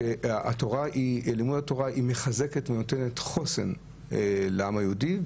שלימוד התורה מחזק ונותן חוסן לעם היהודי,